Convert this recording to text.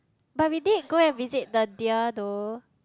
but we did go and visit the deer though